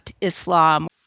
Islam